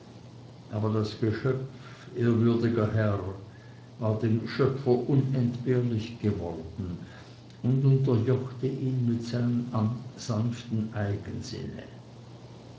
aber das geschöpf ehrwürdiger herr war dem schöpfer unentbehrlich geworden und unterjochte ihn mit seinem sanften eigensinne